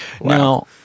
Now